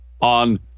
on